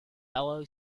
fellow